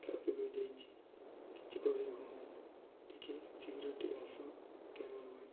traffic ହୋଇଯାଇଛି କିଛି କରି ହଉ ନାହିଁ ଟିକେ ଶୀଘ୍ର ଟିକେ ଆସ ଡ୍ରାଇଭର୍ ଭାଇ